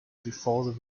before